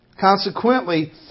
Consequently